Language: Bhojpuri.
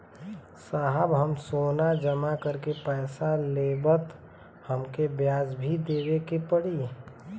साहब हम सोना जमा करके पैसा लेब त हमके ब्याज भी देवे के पड़ी?